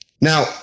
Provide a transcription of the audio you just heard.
Now